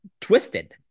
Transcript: twisted